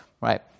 Right